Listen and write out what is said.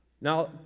Now